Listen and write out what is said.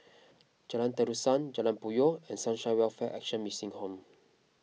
Jalan Terusan Jalan Puyoh and Sunshine Welfare Action Mission Home